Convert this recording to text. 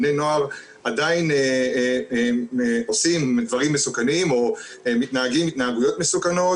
בני נוער עדיין עושים דברים מסוכנים או מתנהגים התנהגויות מסוכנות,